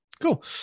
Cool